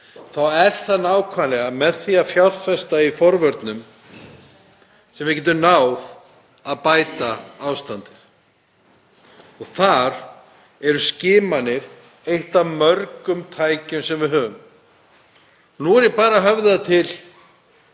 það er nákvæmlega með því að fjárfesta í forvörnum sem við getum náð að bæta ástandið. Þar eru skimanir eitt af mörgum tækjum sem við höfum. Nú er ég bara að höfða til